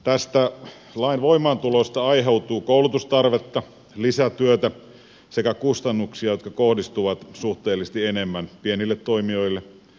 tästä lain voimaantulosta aiheutuu koulutustarvetta lisätyötä sekä kustannuksia jotka kohdistuvat suhteellisesti enemmän pienille toimijoille